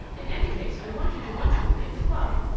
in any case i want you to lunch with me at the club.